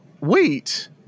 wait